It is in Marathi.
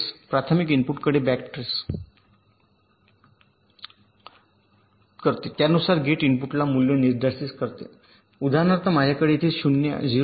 प्राथमिक इनपुटकडे बॅक ट्रेस करते आणि त्यानुसार गेट इनपुटला मूल्य निर्दिष्ट करते उदाहरणार्थ माझ्याकडे येथे 0 आहे